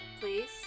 please